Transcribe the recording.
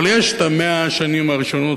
אבל יש 100 השנים הראשונות,